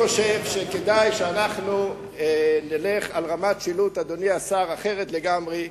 אני חושב שכדאי שאנחנו נלך על רמת שילוט אחרת לגמרי.